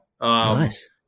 Nice